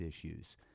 issues